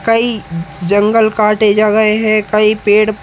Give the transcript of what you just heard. कई जंगल काटे जा रहे हैं कई पेड़